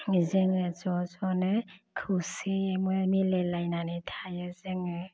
जोङो ज ज नो खौसेयैनो मिलायनायनानै थायो जोङो